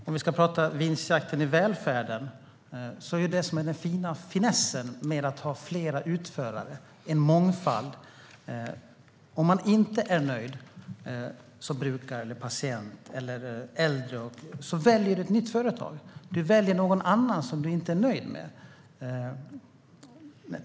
Herr talman! Om vi ska prata vinstjakt i välfärden så är finessen med att ha flera utförare, mångfald, att om du inte är nöjd som brukare, patient eller äldre så väljer du ett nytt företag. Du väljer någon annan som du är nöjd med.